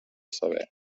saber